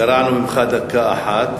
גרענו ממך דקה אחת,